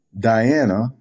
Diana